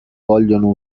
vogliono